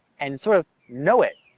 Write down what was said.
and sort of know it,